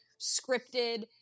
scripted